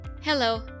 Hello